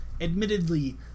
admittedly